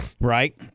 right